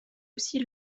aussi